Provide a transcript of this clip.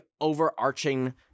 overarching